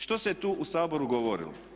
Što se tu u Saboru govorilo?